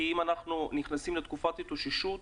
כי אם אנחנו נכנסים לתקופת התאוששות,